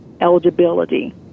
eligibility